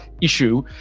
issue